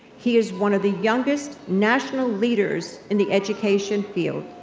he is one of the youngest national leaders in the education field,